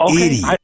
idiot